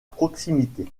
proximité